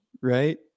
right